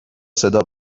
صدا